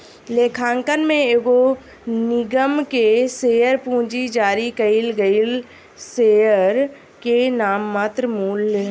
लेखांकन में एगो निगम के शेयर पूंजी जारी कईल गईल शेयर के नाममात्र मूल्य ह